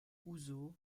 houzeau